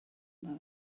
dda